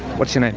what's your name?